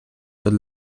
tot